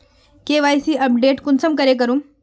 KYC update कुंसम करे करूम?